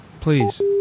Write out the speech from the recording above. Please